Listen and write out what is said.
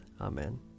Amen